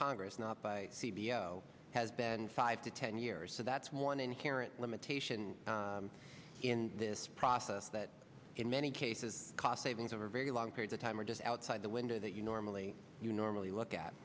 congress not by c b s has been five to ten years so that's one inherent limitation in this process that in many cases cost savings over very long periods of time are just outside the window that you normally you normally look at